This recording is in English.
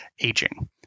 aging